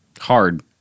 Hard